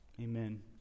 Amen